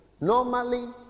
Normally